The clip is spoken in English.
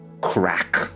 crack